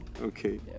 Okay